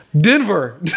Denver